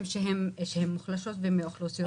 שהן מוחלשות והן מאוכלוסיות מוחלשות.